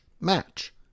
match